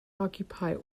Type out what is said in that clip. occupy